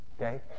Okay